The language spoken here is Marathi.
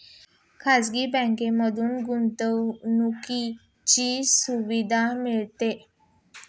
खाजगी बँकांमध्ये गुंतवणुकीची सुविधा मिळते